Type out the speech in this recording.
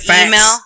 email